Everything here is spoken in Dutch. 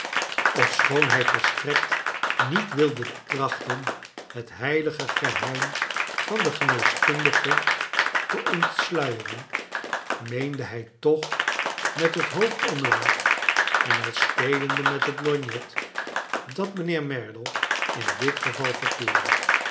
ofschoon hij volstrekt niet wilde trachtea het heilige geheim van den geneesknndige te ontsluierea meende hij toch met het hoofd omlaag en al speleade met het lorgnet dat mijnheer merdle in dit geval verkeerde